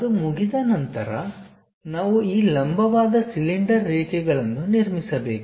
ಅದು ಮುಗಿದ ನಂತರ ನಾವು ಈ ಲಂಬವಾದ ಸಿಲಿಂಡರ್ ರೇಖೆಗಳನ್ನು ನಿರ್ಮಿಸಬೇಕು